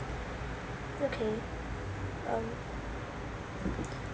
um okay um